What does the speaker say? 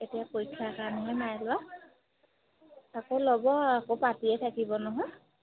এতিয়া পৰীক্ষা কাৰণেহে নাই লোৱা আকৌ ল'ব আকৌ পাতিয়ে থাকিব নহয়